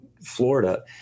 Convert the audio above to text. Florida